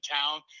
town